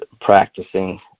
practicing